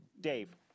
Dave